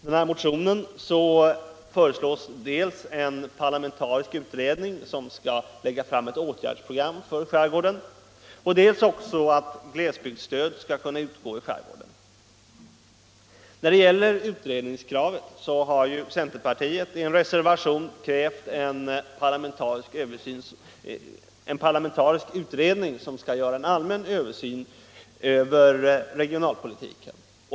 I motionen föreslås dels att en parlamentarisk utredning tillsätts som skall lägga fram ett åtgärdsprogram för skärgården, dels att glesbygdsstöd skall kunna utgå i skärgården. Centerpartiet har i en reservation krävt en parlamentarisk utredning som skall göra en allmän översyn av regionalpolitiken.